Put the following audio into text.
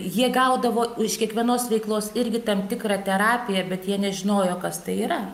jie gaudavo iš kiekvienos veiklos irgi tam tikrą terapiją bet jie nežinojo kas tai yra